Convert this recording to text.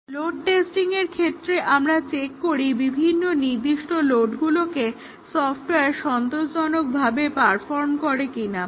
load টেস্টিংয়ের ক্ষেত্রে আমরা চেক করি বিভিন্ন নির্দিষ্ট লোডগুলোকে সফটওয়্যার সন্তোষজনকভাবে পারফর্ম করে কিনা